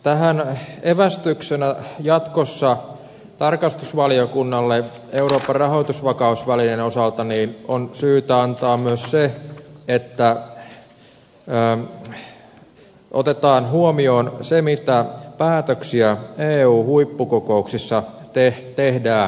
tähän evästyksenä jatkossa tarkastusvaliokunnalle euroopan rahoitusvakausvälineen osalta on syytä antaa myös se että otetaan huomioon se mitä päätöksiä eun huippukokouksissa tehdään